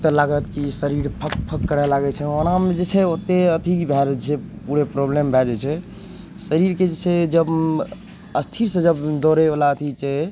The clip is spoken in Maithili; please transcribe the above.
ओतऽ लागत कि शरीर फक फक करऽ लागय छै ओनामे जे छै ओतय अथी भए जाइ छै पुरे प्रॉब्लम भए जाइ छै शरीरके जे छै जब स्थिरसँ जब दौड़यवला अथी छै